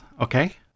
okay